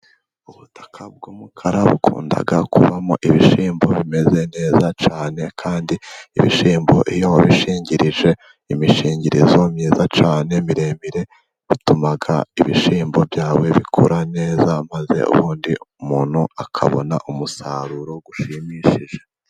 Ubutaka bw'umukara bukunda kubamo ibishyimbo bimeze neza cyane, kandi ibishyimbo iyo wabishingirije imishingirizo myiza cyane miremire bituma ibishyimbo byawe bikura neza, maze ubundi umuntu akabona umusaruro ushimishije.